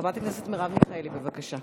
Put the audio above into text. חברת הכנסת מרב מיכאלי, בבקשה.